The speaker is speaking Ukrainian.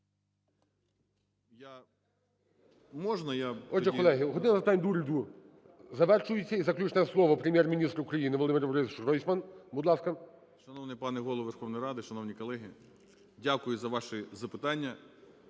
Дякую за ваше запитання.